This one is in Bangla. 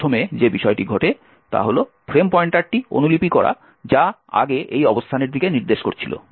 তাই প্রথমে যে বিষয়টি ঘটে তা হল ফ্রেম পয়েন্টারটি অনুলিপি করা যা আগে এই অবস্থানের দিকে নির্দেশ করছিল